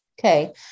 Okay